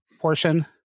portion